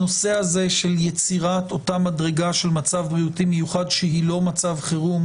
הנושא הזה של יצירת אותה מדרגה של מצב בריאותי מיוחד שהיא לא מצב חירום,